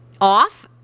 off